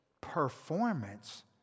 performance